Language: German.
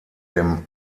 dem